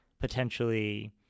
potentially